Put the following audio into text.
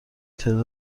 تعداد